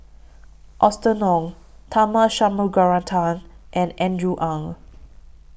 Austen Ong Tharman Shanmugaratnam and Andrew Ang